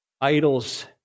idols